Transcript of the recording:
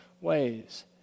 ways